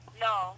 No